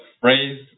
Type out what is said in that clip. phrase